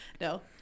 No